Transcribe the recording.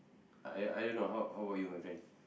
I I don't know how how about you my friend